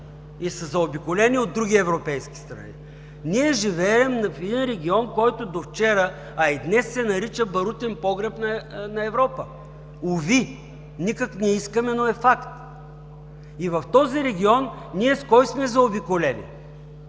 и са заобиколени от други европейски страни. Ние живеем в един регион, който до вчера, а и днес, се нарича „барутен погреб“ на Европа. Уви, никак не искаме, но е факт. В този регион, ние с кой сме заобиколени